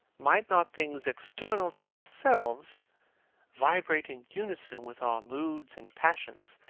might not things external to ourselves vibrate in unison with our moods and passions,